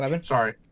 sorry